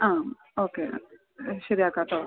ആ ഓക്കെ ശരിയാക്കാമേട്ടോ